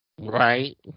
Right